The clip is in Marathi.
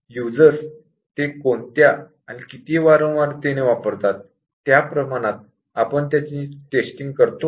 यूजर्स कोणते फीचर्स किती वारंवारतेने वापरतात त्या प्रमाणात आपण त्यांची टेस्टिंग करतो का